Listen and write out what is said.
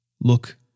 Look